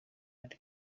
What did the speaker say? and